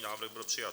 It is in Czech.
Návrh byl přijat.